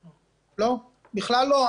לא, בכלל לא.